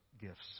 gifts